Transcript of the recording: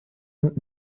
und